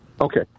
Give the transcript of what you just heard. Okay